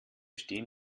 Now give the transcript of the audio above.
stehen